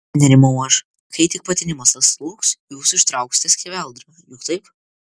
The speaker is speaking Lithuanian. nerimau aš kai tik patinimas atslūgs jūs ištrauksite skeveldrą juk taip